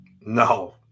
no